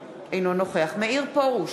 אינו נוכח שי פירון, אינו נוכח מאיר פרוש,